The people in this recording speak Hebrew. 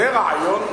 זה רעיון.